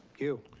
you.